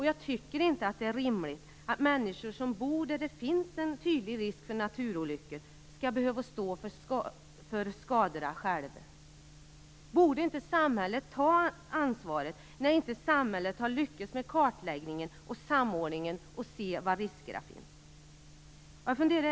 Jag tycker inte att det är rimligt att människor som bor där det finns en tydlig risk för naturolyckor skall behöva stå för skadorna själva. Borde inte samhället ta ansvaret när samhället inte har lyckats med kartläggningen och samordningen och inte sett var riskerna funnits?